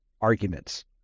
arguments